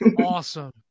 awesome